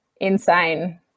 insane